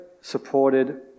supported